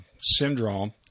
syndrome